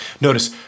Notice